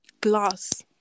glass